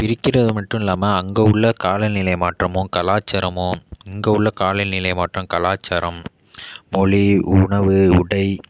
பிரிக்கிறது மட்டும் இல்லாமல் அங்கே உள்ள காலநிலை மாற்றமும் கலாச்சாரமும் இங்கே உள்ள காலநிலை மாற்றம் கலாச்சாரம் மொழி உணவு உடை